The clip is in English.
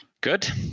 Good